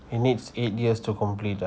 it needs eight years to complete lah